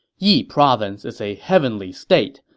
yi province is a heavenly state,